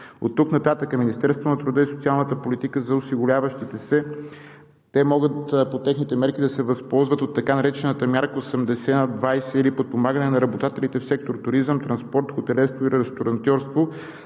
Оттук нататък Министерството на труда и социалната политика за осигуряващите се, те могат по техните мерки да се възползват от така наречената мярка 80/20 или подпомагане на работодателите в сектор „Туризъм, транспорт, хотелиерство и ресторантьорство“